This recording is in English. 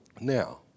Now